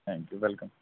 thank you welcome